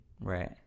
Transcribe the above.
right